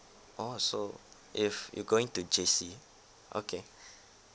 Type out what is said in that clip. orh so if you're going to J_C okay